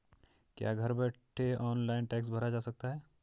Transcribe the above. क्या घर बैठे ऑनलाइन टैक्स भरा जा सकता है?